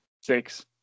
Six